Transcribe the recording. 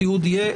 התיעוד יהיה.